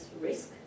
risk